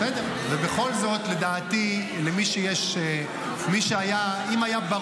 בסדר, ובכל זאת, לדעתי, אם היה ברור